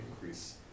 increase